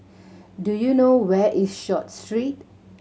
do you know where is Short Street